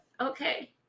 okay